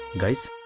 guys